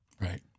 Right